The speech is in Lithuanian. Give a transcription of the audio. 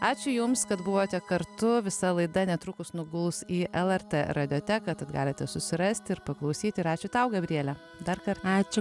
ačiū jums kad buvote kartu visa laida netrukus nuguls į lrt radijo teka tad galite susirasti ir paklausyti ir ačiū tau gabriele dar kartą ačiū